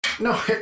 No